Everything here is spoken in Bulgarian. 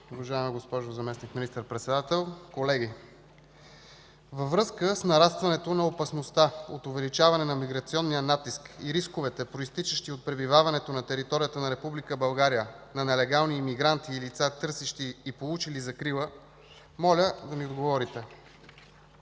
уважаема госпожо Заместник министър-председател, колеги! Във връзка с нарастването на опасността от увеличаване на миграционния натиск и рисковете, произтичащи от пребиваването на територията на Република България на нелегални емигранти и лица, търсещи и получили закрила, моля да ми отговорите: